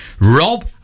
Rob